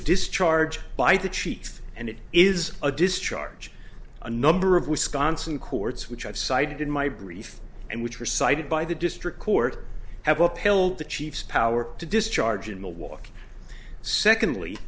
discharge by the chief and it is a discharge a number of wisconsin courts which i've cited in my brief and which were cited by the district court have upheld the chief's power to discharge in milwaukee secondly